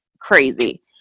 crazy